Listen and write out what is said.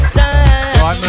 time